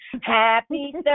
happy